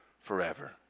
forever